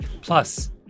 Plus